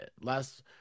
last